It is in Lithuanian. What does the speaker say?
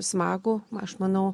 smagų aš manau